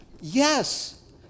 Yes